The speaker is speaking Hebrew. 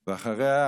אחריה,